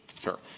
Sure